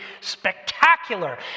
spectacular